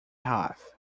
half